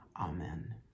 amen